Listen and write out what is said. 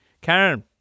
karen